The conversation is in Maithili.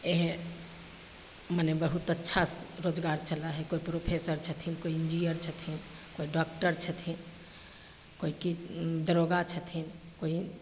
इएह मने बहुत अच्छासे रोजगार चलै हइ कोइ प्रोफेसर छथिन कोइ इन्जीनियर छथिन कोइ डाकटर छथिन कोइ कि दरोगा छथिन कोइ